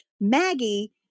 Maggie